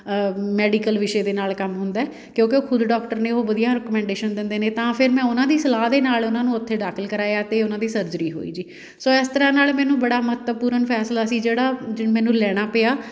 medical ਵਿਸ਼ੇ ਦੇ ਨਾਲ ਕੰਮ ਹੁੰਦਾ ਕਿਉਂਕਿ ਉਹ ਖੁਦ ਡਾਕਟਰ ਨੇ ਉਹ ਵਧੀਆ ਰਿਕਮੈਂਡੇਸ਼ਨ ਦਿੰਦੇ ਨੇ ਤਾਂ ਫਿਰ ਮੈਂ ਉਹਨਾਂ ਦੀ ਸਲਾਹ ਦੇ ਨਾਲ ਉਹਨਾਂ ਨੂੰ ਉੱਥੇ ਦਾਖਲ ਕਰਵਾਇਆ ਅਤੇ ਉਹਨਾਂ ਦੀ ਸਰਜਰੀ ਹੋਈ ਜੀ ਸੋ ਇਸ ਤਰ੍ਹਾਂ ਨਾਲ ਮੈਨੂੰ ਬੜਾ ਮਹੱਤਵਪੂਰਨ ਫੈਸਲਾ ਸੀ ਜਿਹੜਾ ਜੀ ਮੈਨੂੰ ਲੈਣਾ ਪਿਆ